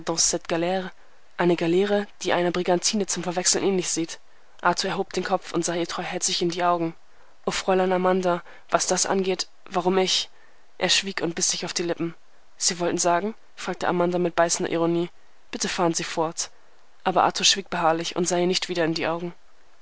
eine galeere die einer brigantine zum verwechseln ähnlich sieht arthur erhob den kopf und sah ihr treuherzig in die augen o fräulein amanda was das angeht warum ich er schwieg und biß sich auf die lippen sie wollten sagen fragte amanda mit beißender ironie bitte fahren sie fort aber arthur schwieg beharrlich und sah ihr nicht wieder in die augen